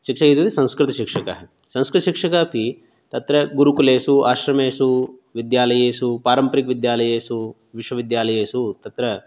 शिक्षकः इत्युक्ते संस्कृतशिक्षकः संस्कृतशिक्षकः अपि तत्र गुरुकुलेषु आश्रमेषु विद्यालयेषु पारम्परिकविद्यालयेषु विश्वविद्यालयेषु तत्र